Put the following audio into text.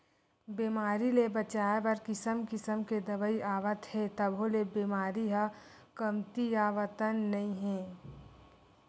बेमारी ले बचाए बर किसम किसम के दवई आवत हे तभो ले बेमारी ह कमतीयावतन नइ हे